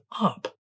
up